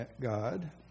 God